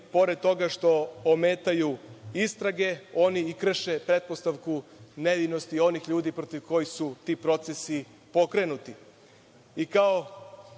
pored toga što ometaju istrage, oni i krše pretpostavku nevinosti onih ljudi protiv kojih su ti procesi pokrenuti? Kao